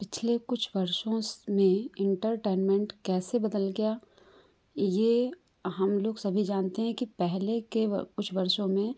पिछले कुछ वर्षों में इंटरटैनमेंट कैसे बदल गया ये हम लोग सभी जानते हैं कि पहले के व कुछ वर्षों में